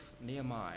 Nehemiah